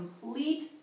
complete